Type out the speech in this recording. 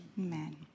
Amen